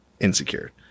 insecure